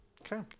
okay